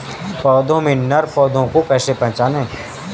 पौधों में नर पौधे को कैसे पहचानें?